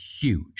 huge